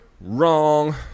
wrong